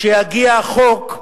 שיגיע חוק,